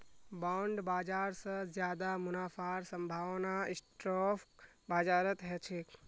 bond बाजार स ज्यादा मुनाफार संभावना स्टॉक बाजारत ह छेक